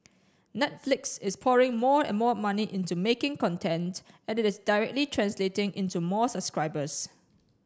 Netflix is pouring more and more money into making content and it is directly translating into more subscribers